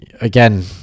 again